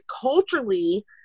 culturally